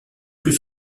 plus